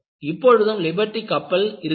இப்பொழுதும் லிபர்டி கப்பல் இருக்கின்றது